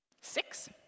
six